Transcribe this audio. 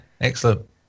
Excellent